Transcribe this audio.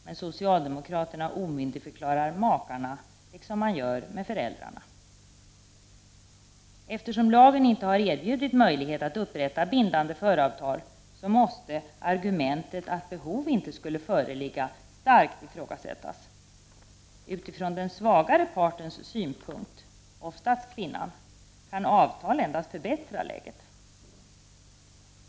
Men socialdemokraterna omyndigförklarar makarna liksom man gör med föräldrarna. Eftersom lagen inte har erbjudit möjlighet att upprätta bindande föravtal, måste argumentet att behov inte skulle föreligga starkt ifrågasättas. Utifrån den svagare partens — oftast kvinnans — synpunkt kan avtal endast förbättra läget.